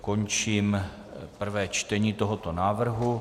Končím prvé čtení tohoto návrhu.